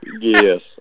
yes